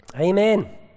Amen